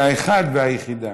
האחת והיחידה,